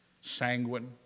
sanguine